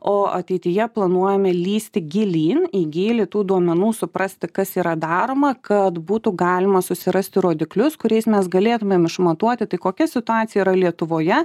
o ateityje planuojame lįsti gilyn į gylį tų duomenų suprasti kas yra daroma kad būtų galima susirasti rodiklius kuriais mes galėtumėm išmatuoti tai kokia situacija yra lietuvoje